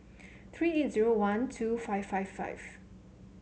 three eight zero one two five five five